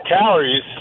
calories